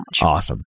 Awesome